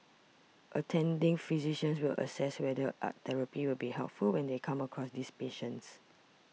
attending physicians will assess whether art therapy will be helpful when they come across these patients